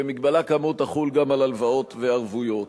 והגבלה כאמור תחול גם על הלוואות וערבויות.